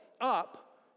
up